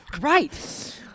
right